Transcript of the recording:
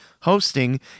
hosting